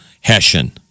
Hessian